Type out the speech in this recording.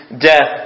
death